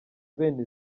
bene